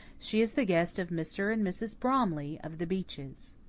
she is the guest of mr. and mrs. bromley, of the beeches.